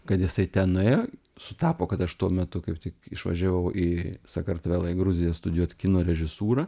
kad jisai ten nuėjo sutapo kad aš tuo metu kaip tik išvažiavau į sakartvelą į gruziją studijuot kino režisūrą